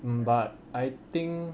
mm but I think